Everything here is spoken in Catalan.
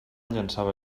llançava